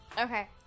Okay